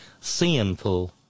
sinful